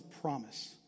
promise